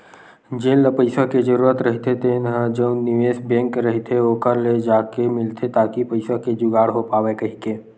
जेन ल पइसा के जरूरत रहिथे तेन ह जउन निवेस बेंक रहिथे ओखर ले जाके मिलथे ताकि पइसा के जुगाड़ हो पावय कहिके